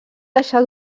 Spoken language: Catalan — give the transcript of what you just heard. deixar